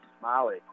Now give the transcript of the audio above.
Molly